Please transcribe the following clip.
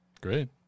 Great